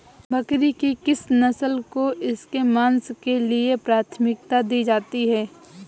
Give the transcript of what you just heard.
बकरी की किस नस्ल को इसके मांस के लिए प्राथमिकता दी जाती है?